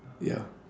ya